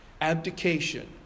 abdication